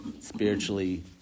spiritually